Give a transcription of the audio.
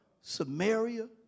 Samaria